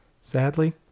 sadly